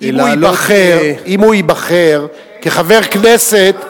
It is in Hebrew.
אם הוא ייבחר כחבר כנסת,